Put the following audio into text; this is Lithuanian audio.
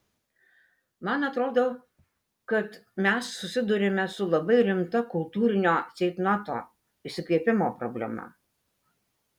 man atrodo kad mes susiduriame su labai rimta kultūrinio ceitnoto išsikvėpimo problema